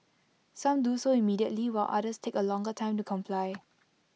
some do so immediately while others take A longer time to comply